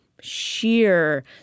sheer